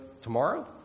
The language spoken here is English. tomorrow